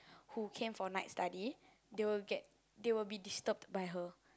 who came for night study they will get they will be disturbed by her